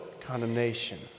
condemnation